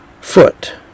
foot